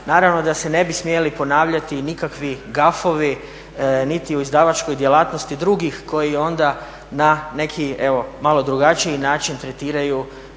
naravno da se ne bi smjeli ponavljati i nikakvi gafovi niti u izdavačkoj djelatnosti drugih koji onda na neki evo malo drugačiji način tretiraju